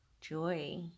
joy